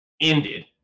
Ended